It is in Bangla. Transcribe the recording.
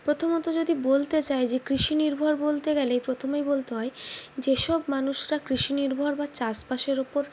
প্রথমত যদি বলতে চাই যে কৃষি নির্ভর বলতে গেলে প্রথমেই বলতে হয় যে সব মানুষরা কৃষি নির্ভর বা চাষবাসের উপর